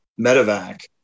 medevac